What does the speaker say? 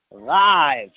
live